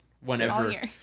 Whenever